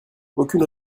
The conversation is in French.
aucune